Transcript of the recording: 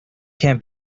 can’t